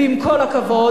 ועם כל הכבוד,